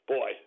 Boy